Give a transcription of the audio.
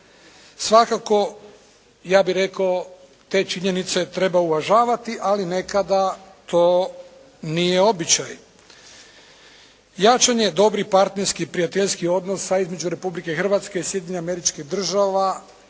Svakako ja bih rekao te činjenice treba uvažavati, ali nekada to nije običaj. Jačanje dobrih partnerskih prijateljskih odnosa između Republike Hrvatske i Sjedinjenih Američkih Država